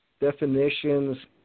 definitions